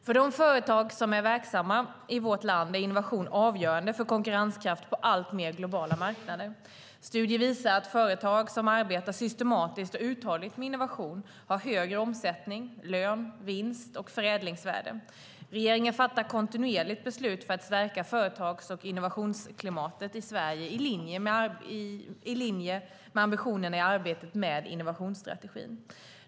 För de företag som är verksamma i vårt land är innovation avgörande för konkurrenskraft på alltmer globala marknader. Studier visar att företag som arbetar systematiskt och uthålligt med innovation har högre omsättning, lön, vinst och förädlingsvärde. Regeringen fattar kontinuerligt beslut för att stärka företags och innovationsklimatet i Sverige i linje med ambitionerna i arbetet med innovationsstrategin.